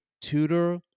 tutor